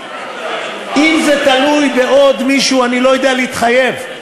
אם זה תלוי בעוד מישהו, אני לא יודע להתחייב.